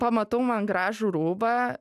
pamatau man gražų rūbą